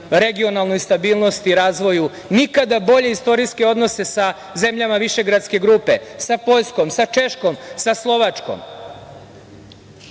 regionalnoj stabilnosti i razvoju. Nikada bolje istorijske odnose sa zemljama Višegradske grupe, sa Poljskom, sa Češkom, sa Slovačkom. Nema